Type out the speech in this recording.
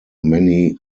many